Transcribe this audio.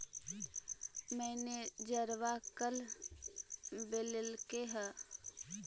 मैनेजरवा कल बोलैलके है?